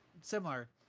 similar